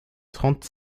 trente